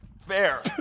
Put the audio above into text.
Fair